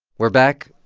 we're back.